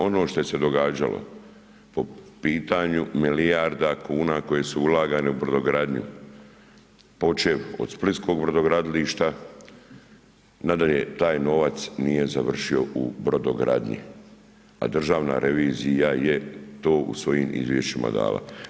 Ono šta je se događalo po pitanju milijarda kuna koje su ulagane u brodogradnju, počev o Splitskog brodogradilišta nadalje, taj novac nije završio u brodogradnji, a državna revizija je to u svojim izvješćima dala.